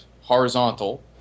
horizontal